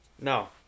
no